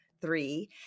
three